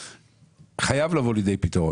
חייב לבוא לידי פתרון.